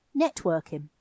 Networking